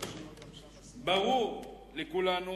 ברור לכולנו